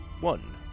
one